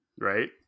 right